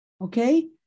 okay